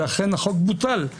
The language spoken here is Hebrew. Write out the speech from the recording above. ואכן החוק בוטל.